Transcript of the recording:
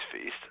feast